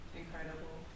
incredible